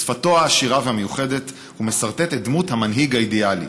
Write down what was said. בשפתו העשירה והמיוחדת הוא מסרטט את דמות המנהיג האידיאלי.